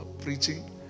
preaching